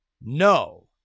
No